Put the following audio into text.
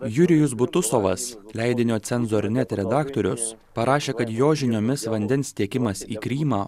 jurijus butusovas leidinio censor net redaktorius parašė kad jo žiniomis vandens tiekimas į krymą